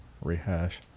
rehash